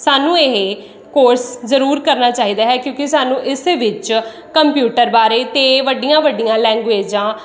ਸਾਨੂੰ ਇਹ ਕੋਰਸ ਜ਼ਰੂਰ ਕਰਨਾ ਚਾਹੀਦਾ ਹੈ ਕਿਉਂਕਿ ਸਾਨੂੰ ਇਸ ਵਿੱਚ ਕੰਪਿਊਟਰ ਬਾਰੇ ਅਤੇ ਵੱਡੀਆਂ ਵੱਡੀਆਂ ਲੈਂਗੁਏਜ਼ਾਂ